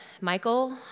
Michael